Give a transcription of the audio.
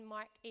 Mark